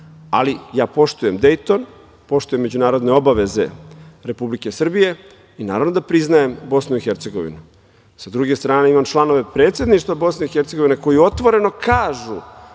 ali poštujem Dejton, poštujem međunarodne obaveze Republike Srbije i naravno da priznajem Bosnu i Hercegovinu. Sa druge strane, imamo članove Predsedništva Bosne i Hercegovine koji otvoreno kažu